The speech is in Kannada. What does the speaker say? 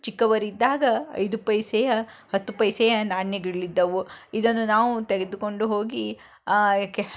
ಚಿಕ್ಕವರಿದ್ದಾಗ ಐದು ಪೈಸೆಯ ಹತ್ತು ಪೈಸೆಯ ನಾಣ್ಯಗಳಿದ್ದವು ಇದನ್ನು ನಾವು ತೆಗೆದುಕೊಂಡು ಹೋಗಿ